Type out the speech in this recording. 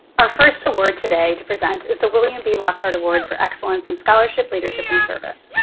our first award today to present is the william b. lockhart award for excellence in scholarship leadership and service.